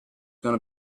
gonna